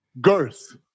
girth